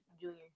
junior